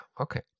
okay